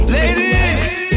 Ladies